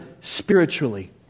spiritually